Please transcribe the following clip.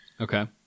Okay